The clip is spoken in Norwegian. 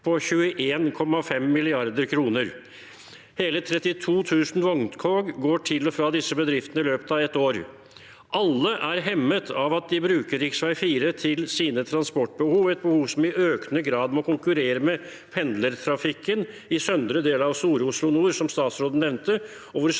på 21,5 mrd. kr. Hele 32 000 vogntog går til og fra disse bedriftene i løpet av ett år. Alle er hemmet av at de bruker rv. 4 til sine transportbehov, et behov som i økende grad må konkurrere med pendlertrafikken i søndre del av Stor-Oslo Nord, som statsråden nevnte,